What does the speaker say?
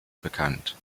bekannt